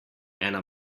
ena